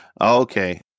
Okay